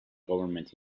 government